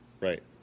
Right